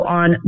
on